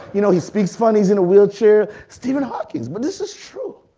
you know he speaks funny, he's in a wheel chair, stephen hawkings, but this is true.